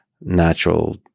natural